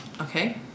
Okay